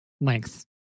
length